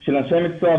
של אנשי המקצוע,